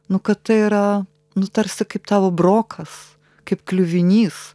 nu kad tai yra nu tarsi kaip tavo brokas kaip kliuvinys